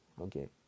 Okay